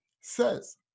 says